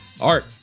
art